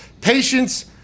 patience